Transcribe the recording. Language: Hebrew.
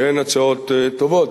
שהן הצעות טובות,